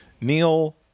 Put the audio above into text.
Neil